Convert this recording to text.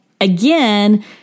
Again